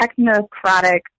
technocratic